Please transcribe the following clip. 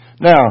Now